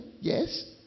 Yes